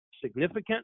significant